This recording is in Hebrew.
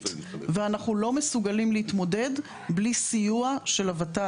ואנחנו לא מסוגלים להתמודד בלי סיוע של הות"ל.